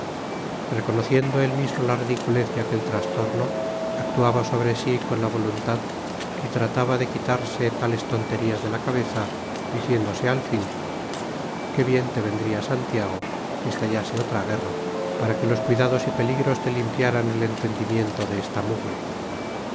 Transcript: reconociendo él mismo la ridiculez de aquel trastorno actuaba sobre sí con la voluntad y trataba de quitarse tales tonterías de la cabeza diciéndose al fin qué bien te vendría santiago que estallase otra guerra para que los cuidados y peligros te limpiaran el entendimiento de esta mugre